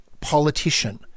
politician